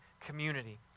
community